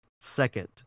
second